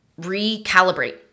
recalibrate